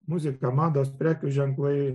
muzika mados prekių ženklai